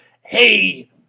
hey